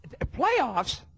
Playoffs